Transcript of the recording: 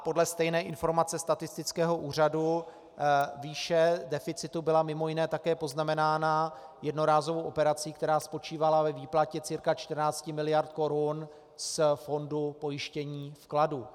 Podle stejné informace statistického úřadu výše deficitu byla mimo jiné také poznamenána jednorázovou operací, která spočívala ve výplatě cca 14 miliard korun z Fondu pojištění vkladů.